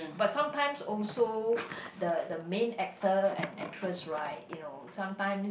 but sometimes also the the main actor and actress right you know sometimes